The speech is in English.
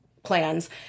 plans